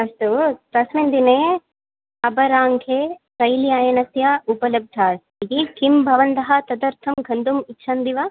अस्तु तस्मिन् दिने अपराह्नस्य रैल्यानस्य उपलब्धता अस्ति किं भवन्तः तदर्थं गन्तुम् इच्छन्ति वा